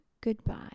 goodbye